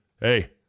hey